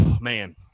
Man